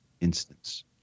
instance